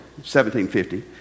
1750